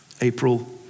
April